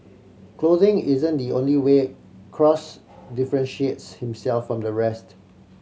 clothing isn't the only way Cross differentiates himself from the rest